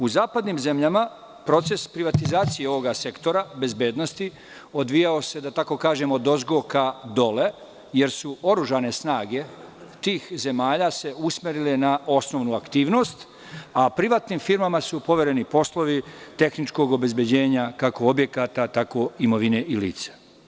U zapadnim zemljama proces privatizacije ovoga sektora bezbednosti odvijao se, da tako kažem, odozgo ka dole, jer su oružane snage tih zemalja se usmerile na osnovnu aktivnost, a privatnim firmama su povereni poslovi tehničkog obezbeđenja, kako objekata, tako i imovine i lica.